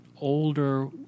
older